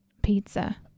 pizza